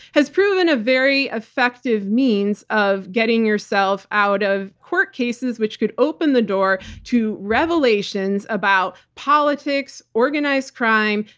has proven a very effective means of getting yourself out of court cases, which could open the door to revelations about politics, organized crime,